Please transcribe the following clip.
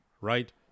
Right